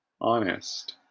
Honest